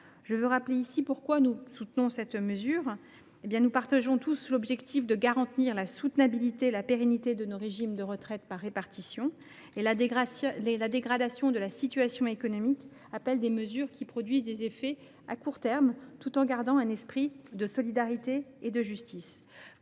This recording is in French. Je veux rappeler ici pourquoi nous soutenons cette mesure. Nous partageons tous l’objectif de garantir la soutenabilité et la pérennité de notre régime de retraite par répartition. La dégradation de la situation économique appelle des mesures qui produisent leur effet à court terme, tout en gardant un esprit de solidarité et de justice.